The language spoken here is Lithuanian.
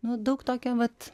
nu daug tokio vat